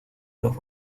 los